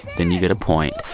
then you get a point.